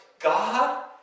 God